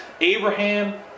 Abraham